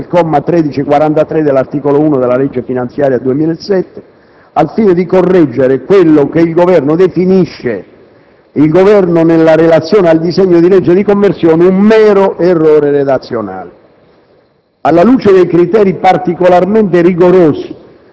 Il decreto-legge consiste nella pura e semplice abrogazione del comma 1343 dell'articolo 1 della legge finanziaria 2007, al fine di correggere quello che il Governo definisce nella relazione al disegno di legge di conversione un "mero errore redazionale".